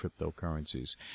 cryptocurrencies